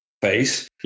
face